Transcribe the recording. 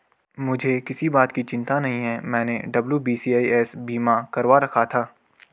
मुझे किसी बात की चिंता नहीं है, मैंने डब्ल्यू.बी.सी.आई.एस बीमा करवा रखा था